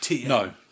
No